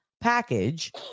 package